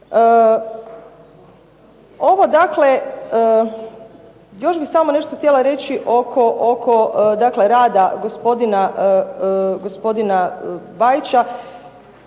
Ovo dakle, još bih samo nešto htjela reći oko, dakle rada gospodina Bajića.